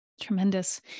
Tremendous